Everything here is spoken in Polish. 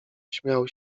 śmiał